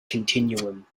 continuum